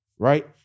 Right